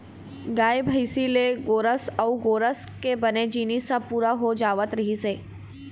गाय, भइसी ले गोरस अउ गोरस के बने जिनिस ह पूरा हो जावत रहिस हे